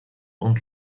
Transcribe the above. und